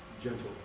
Gentle